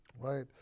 Right